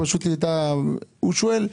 הוא שואל: